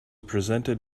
presented